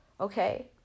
Okay